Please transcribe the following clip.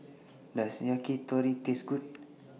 Does Yakitori Taste Good